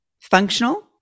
Functional